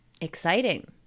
Exciting